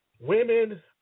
women